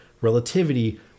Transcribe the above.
relativity